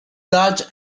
large